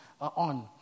on